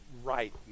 right